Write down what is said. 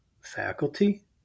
faculty